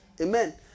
Amen